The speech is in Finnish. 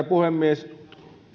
puhemies